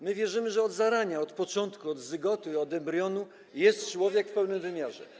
My wierzymy, że od zarania, od początku, od zygoty, od embrionu jest człowiek w pełnym wymiarze.